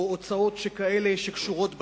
או הוצאות שכאלה שקשורות בילדים,